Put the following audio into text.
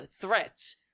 threats